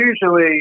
usually